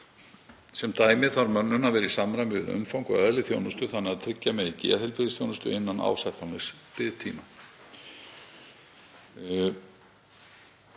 Sem dæmi þarf mönnun að vera í samræmi við umfang og eðli þjónustu þannig að tryggja megi geðheilbrigðisþjónustu innan ásættanlegs biðtíma.